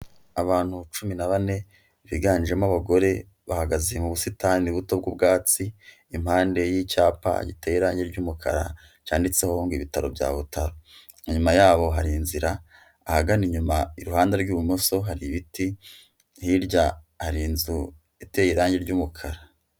Abantu cumi na bane biganjemo abagore bahagaze mu busitani buto bw'ubwatsi impande yi'icyapa giteye irangi ry'umukara cyanditseho ngo ibitaro bya Butaro inyuma yaho hari inzira ahagana inyuma iruhande rw'ibumoso hari ibiti hirya hari inzu iteye irangi ry'umukara.